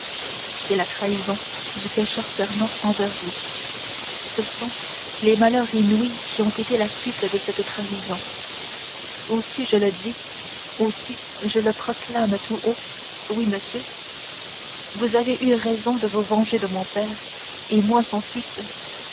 c'est la trahison du pécheur fernand envers vous ce sont les malheurs inouïs qui ont été la suite de cette trahison aussi je le dis aussi je le proclame tout haut oui monsieur vous avez eu raison de vous venger de mon père et moi son fils